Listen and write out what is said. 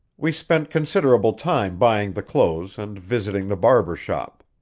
we spent considerable time buying the clothes and visiting the barber shop.